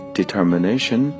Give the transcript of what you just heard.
determination